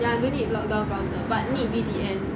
ya no need lockdown browser but need V_P_N